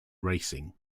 racing